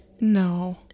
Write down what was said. no